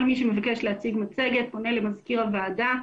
כל מי שמבקש להציג מצגת, פונה למזכיר הוועדה.